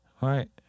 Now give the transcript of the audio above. Right